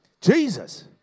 Jesus